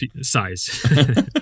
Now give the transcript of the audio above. size